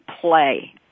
play